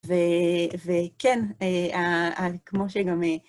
וכן, כמו שגם